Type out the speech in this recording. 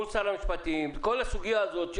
מול שר המשפטים בכל הסוגיה הזאת.